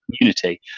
community